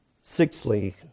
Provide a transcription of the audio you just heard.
Sixthly